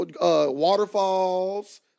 Waterfalls